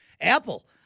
Apple